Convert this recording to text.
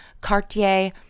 Cartier